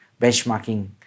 benchmarking